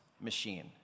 machine